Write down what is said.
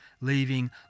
leaving